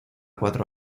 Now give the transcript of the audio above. cuatro